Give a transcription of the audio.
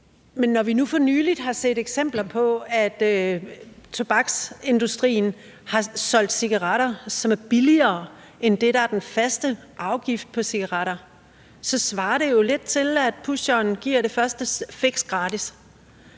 Men når vi nu for nylig har set eksempler på, at tobaksindustrien har solgt cigaretter, som er billigere end det, der er den faste afgift på cigaretter, så svarer det jo lidt til, at pusheren giver det første fix gratis.